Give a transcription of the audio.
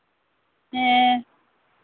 ᱦᱮᱸ